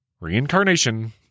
reincarnation